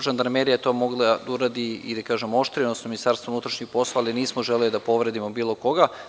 Žandarmerija je to mogla da uradi oštro, odnosno Ministarstvo unutrašnjih poslova, ali nismo želeli da povredimo bilo koga.